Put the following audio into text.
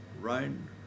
rain